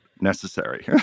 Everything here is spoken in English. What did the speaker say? necessary